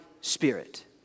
spirit